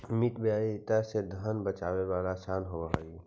मितव्ययिता से धन बचावेला असान होवऽ हई